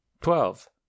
twelve